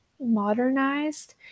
modernized